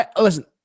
Listen